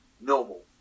normal